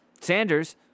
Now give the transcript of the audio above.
Sanders